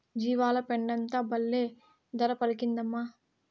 జీవాల పెండంతా బల్లే ధర పలికిందమ్మా